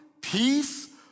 peace